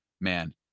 Man